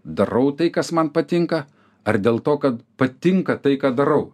darau tai kas man patinka ar dėl to kad patinka tai ką darau